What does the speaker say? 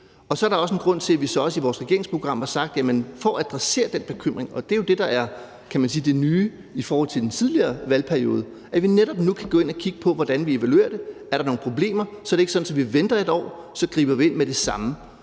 Og så er der også en grund til, at vi så også i vores regeringsprogram har sagt, at for at adressere den bekymring, og det er jo det, der er det nye i forhold til den tidligere valgperiode, går vi netop nu ind og kigger på, hvordan vi evaluerer det. Og så er det ikke sådan, at vi venter 1 år, hvis der er problemer; så griber vi ind med det samme.